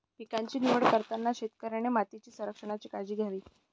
पिकांची निवड करताना शेतकऱ्याने मातीच्या संरक्षणाची काळजी घ्यावी